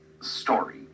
story